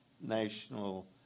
national